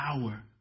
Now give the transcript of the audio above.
power